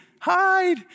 hide